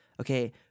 Okay